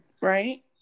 Right